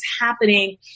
happening